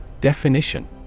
DEFINITION